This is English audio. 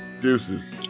Deuces